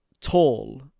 tall